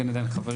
כנראה אין חברים,